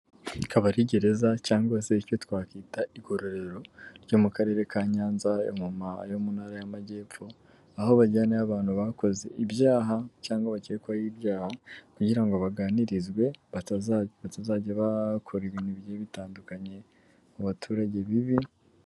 Iyi ikaba ari gereza cyangwa se icyo twakita igororero ryo mu Karere ka Nyanza yo mu Ntara y'Amajyepfo, aho bajyanaiyo abantu bakoze ibyaha cyangwa bakekwaho ibyaha, kugira ngo baganirizwe batazajya bakora ibintu bigiye bitandukanye mu baturage bibi...